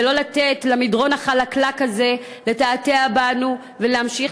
ולא לתת למדרון החלקלק הזה לתעתע בנו ולהמשיך